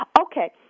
Okay